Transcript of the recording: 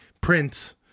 prince